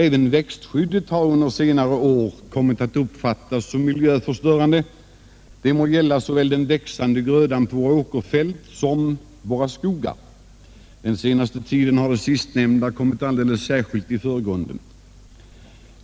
Även växtskyddet har under senare år kommit att uppfattas som miljöförstörande, det gäller såväl den växande grödan på våra åkerfält som våra skogar. Under den senaste tiden har de sistnämnda kommit alldeles särskilt i förgrunden.